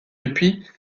depuis